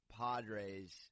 Padres